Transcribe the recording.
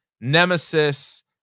Nemesis